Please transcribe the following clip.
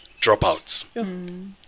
dropouts